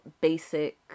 basic